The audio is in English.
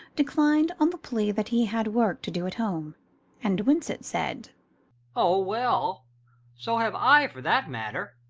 declined on the plea that he had work to do at home and winsett said oh, well so have i for that matter,